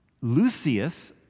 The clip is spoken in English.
Lucius